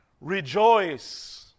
rejoice